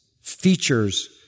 features